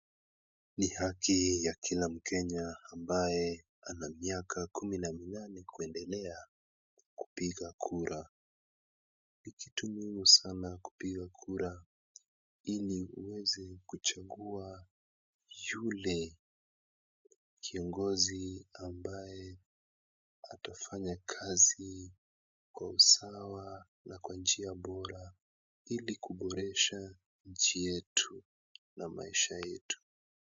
Ni haki ya kila mkenya ambaye ana miaka kumi na minane kuendelea kupiga kura. Ni kitu muhimu sana kupiga kura ili uweze kuchagua yule kiongozi ambaye atafanya kazi kwa usawa na kwa njia bora ili kuboresha nchi yetu na maisha yetu.